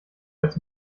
als